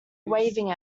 waving